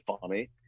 funny